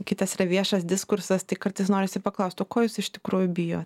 kitas yra viešas diskursas tai kartais norisi paklaust o ko jūs iš tikrųjų bijo